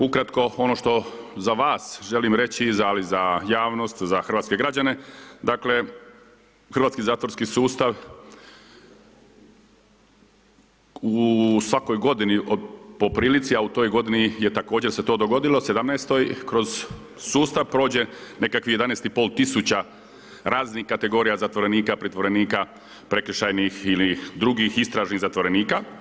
Ukratko, ono što za vas želim reći ali i za javnost, za hrvatske građane, dakle hrvatski zatvorski sustav u svakoj godini po prilici a u toj godini je također se to dogodilo, 2017., kroz sustav prođe nekakvih 11 500 raznih kategorija zatvorenika, pritvorenika prekršajnih ili drugih istražnih zatvorenika.